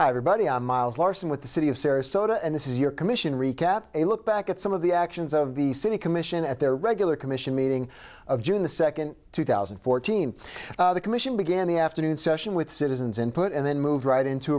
everybody i'm miles larson with the city of sarasota and this is your commission recap a look back at some of the actions of the city commission at their regular commission meeting of june the second two thousand and fourteen the commission began the afternoon session with citizens input and then moved right into